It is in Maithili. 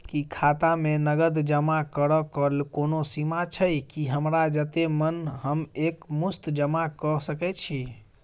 की खाता मे नगद जमा करऽ कऽ कोनो सीमा छई, की हमरा जत्ते मन हम एक मुस्त जमा कऽ सकय छी?